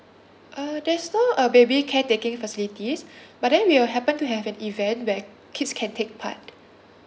uh there's no a baby care taking facilities but then we will happen to have an event where kids can take part